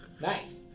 Nice